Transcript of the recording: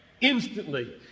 instantly